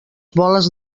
boles